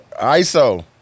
Iso